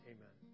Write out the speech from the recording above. Amen